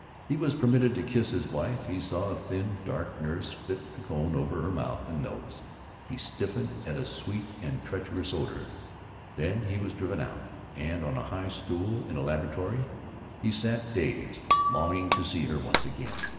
he was permitted to kiss his wife he saw a thin dark nurse fit the cone over her mouth and nose he stiffened at a sweet and treacherous odor then he was driven out, and on a high stool in a laboratory he sat dazed, longing to see her once again,